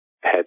head